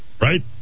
right